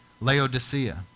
Laodicea